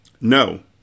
No